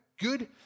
good